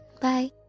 bye